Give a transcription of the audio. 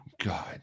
God